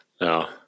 No